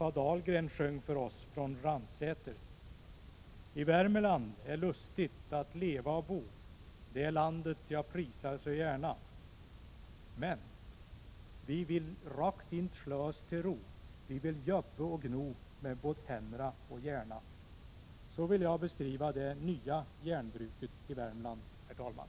A. Dahlgren sjöng för oss från Ransäter: ”I Värmland är lustigt att leva och bo, det landet jag prisar så gärna. «Men, vi vill rakt int” slö oss till ro, vi vill jöbbe å gno mä båd hänn'ra å hjärna.” Så vill jag beskriva det nya ”hjärnbruket” i Värmland, herr talman!